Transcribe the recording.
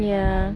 ya